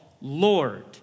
Lord